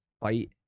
fight